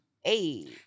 Hey